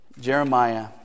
Jeremiah